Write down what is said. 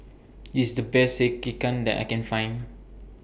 IS The Best Sekihan that I Can Find